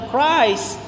Christ